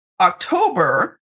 October